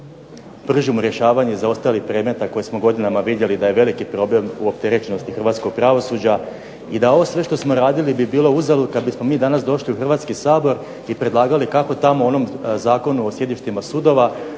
Držimo rješavanje zaostalih predmeta koje smo godinama vidjeli da je veliki problem u opterećenosti hrvatskog pravosuđa i da ovo sve što smo radili bi bilo uzalud kad bismo mi danas došli u Hrvatski sabor i predlagali kako tamo onom Zakonu o sjedištima sudova